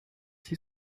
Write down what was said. six